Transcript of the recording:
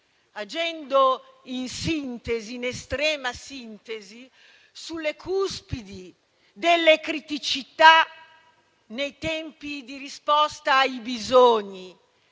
agendo in estrema sintesi, sulle cuspidi delle criticità nei tempi di risposta ai bisogni